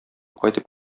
кайтып